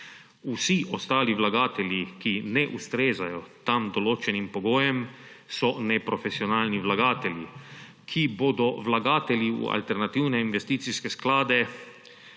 Vsi ostali vlagatelji, ki ne ustrezajo tam določenim pogojem, so neprofesionalni vlagatelji, ki bodo vlagatelji le v tiste sklade,